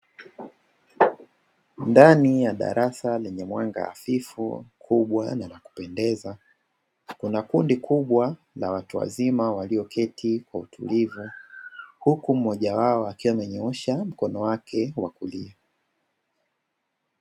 Ndani ya darasa lenye mwanga hafifu, kubwa na la kupendeza, kuna kundi kubwa la watu wazima walioketi kwa utulivu, huku mmoja wao akiwa amenyoosha mkono wake wa kulia.